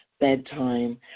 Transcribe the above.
bedtime